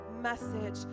message